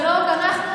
זה לא רק אנחנו,